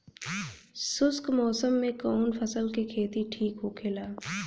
शुष्क मौसम में कउन फसल के खेती ठीक होखेला?